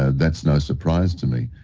ah that's no surprise to me.